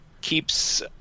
keeps